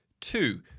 Two